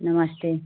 नमस्ते